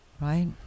right